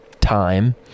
time